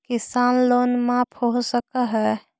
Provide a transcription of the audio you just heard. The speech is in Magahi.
किसान लोन माफ हो सक है?